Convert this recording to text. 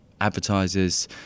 advertisers